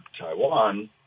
Taiwan